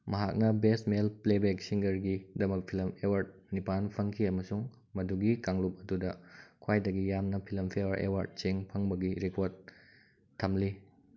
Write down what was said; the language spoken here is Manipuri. ꯃꯍꯥꯛꯅ ꯕꯦꯁ ꯃꯦꯜ ꯄ꯭ꯂꯦꯕꯦꯛ ꯁꯤꯡꯒꯔꯒꯤꯗꯃꯛ ꯐꯤꯂꯝ ꯑꯦꯋꯥꯔꯠ ꯅꯤꯄꯥꯜ ꯐꯪꯈꯤ ꯑꯃꯁꯨꯡ ꯃꯗꯨꯒꯤ ꯀꯥꯡꯂꯨꯞ ꯑꯗꯨꯗ ꯈ꯭ꯋꯥꯏꯗꯒꯤ ꯌꯥꯝꯅ ꯐꯤꯂꯝꯐꯤꯌꯔ ꯑꯦꯋꯥꯔꯠꯁꯤꯡ ꯐꯪꯕꯒꯤ ꯔꯦꯀꯣꯔꯠ ꯊꯝꯂꯤ